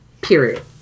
period